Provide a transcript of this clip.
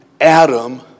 Adam